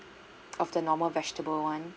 or the normal vegetable [one]